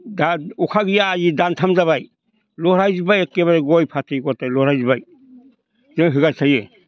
दा अखा गैया दानथाम जाबाय लरहायजोब्बाय एखेबारे गय फाथै लरहायजोब्बाय दै होबाय थायो